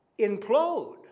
implode